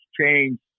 changed